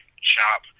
shop